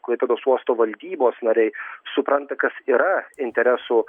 klaipėdos uosto valdybos nariai supranta kas yra interesų